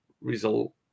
result